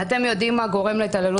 הדיון